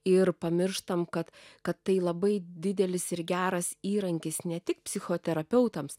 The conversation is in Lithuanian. ir pamirštam kad kad tai labai didelis ir geras įrankis ne tik psichoterapeutams